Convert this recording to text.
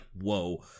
whoa